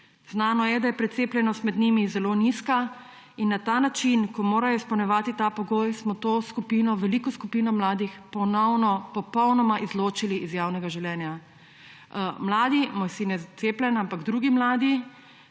Znano je, da je precepljenost med njimi zelo nizka, in na ta način, ko morajo izpolnjevati ta pogoj, smo to veliko skupino mladih ponovno popolnoma izločili iz javnega življenja. Mladi – moj sin je cepljen, ampak drugi mladi